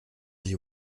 sich